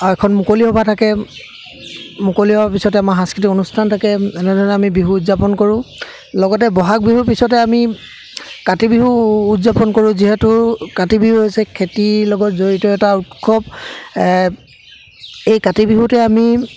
আৰু এখন মুকলি সভা থাকে মুকলি সভাৰ পিছতে আমাৰ সাংস্কৃতিক অনুষ্ঠান থাকে এনেধৰণে আমি বিহু উদযাপন কৰোঁ লগতে ব'হাগ বিহুৰ পিছতে আমি কাতি বিহু উদযাপন কৰোঁ যিহেতু কাতি বিহু হৈছে খেতিৰ লগত জড়িত এটা উৎসৱ এ এই কাতি বিহুতে আমি